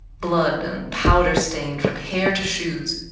blood and powder stain from hair to shoes,